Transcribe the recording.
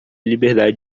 liberdade